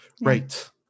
right